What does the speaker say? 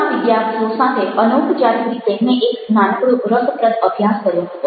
મારા વિદ્યાર્થીઓ સાથે અનૌપચારિક રીતે મેં એક નાનકડો રસપ્રદ અભ્યાસ કર્યો હતો